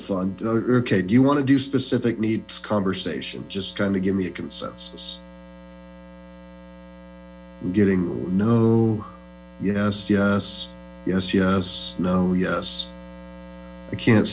fund ok do you want to do specific needs conversation just trying to give me a consensus getting no yes yes yes yes no yes i can't